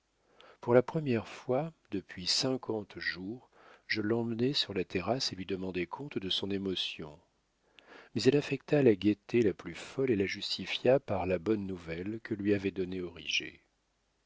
pour la première fois depuis cinquante jours je l'emmenai sur la terrasse et lui demandai compte de son émotion mais elle affecta la gaieté la plus folle et la justifia par la bonne nouvelle que lui avait donnée origet